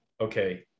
okay